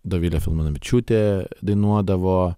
dovilė filmanavičiūtė dainuodavo